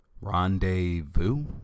Rendezvous